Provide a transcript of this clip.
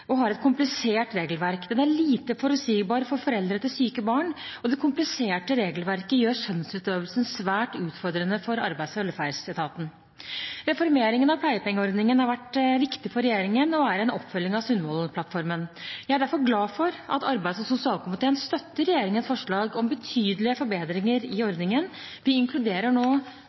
og har et komplisert regelverk. Den er lite forutsigbar for foreldre til syke barn, og det kompliserte regelverket gjør skjønnsutøvelsen svært utfordrende for Arbeids- og velferdsetaten. Reformeringen av pleiepengeordningen har vært viktig for regjeringen og er en oppfølging av Sundvolden-plattformen. Jeg er derfor glad for at arbeids- og sosialkomiteen støtter regjeringens forslag om betydelige forbedringer i ordningen. Vi inkluderer nå